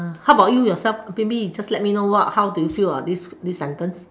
uh how about you yourself maybe you just let me know what how do you feel about this this sentence